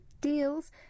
deals